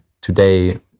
today